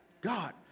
God